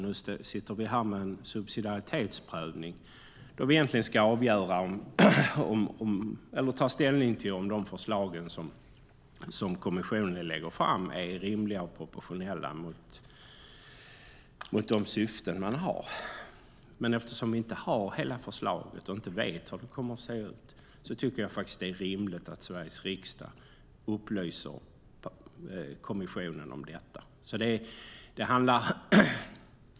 Nu sitter vi här med en subsidiaritetsprövning då vi egentligen ska ta ställning till om de förslag som kommissionen lägger fram är rimliga och proportionella mot de syften man har. Men eftersom vi inte har hela förslaget och inte vet hur det kommer att se ut tycker jag att det är rimligt att Sveriges riksdag upplyser kommissionen om detta.